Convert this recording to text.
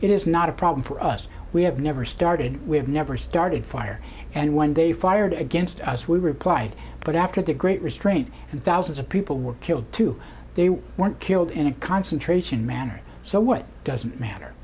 it is not a problem for us we have never started we have never started fire and when they fired against us we replied but after the great restraint and thousands of people were killed too they weren't killed in a concentration manner so what does it matter